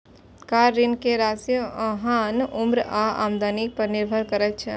car ऋण के राशि अहांक उम्र आ आमदनी पर निर्भर करै छै